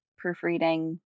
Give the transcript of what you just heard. proofreading